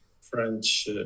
French